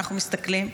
אנחנו מסתכלים,